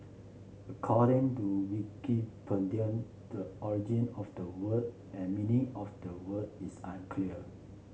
according to Wikipedia the origin of the word and meaning of the word is unclear